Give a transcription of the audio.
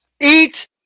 Eat